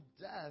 death